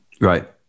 Right